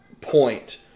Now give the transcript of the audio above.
point